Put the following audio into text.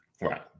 right